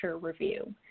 review